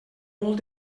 molt